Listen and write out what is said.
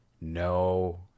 no